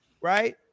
right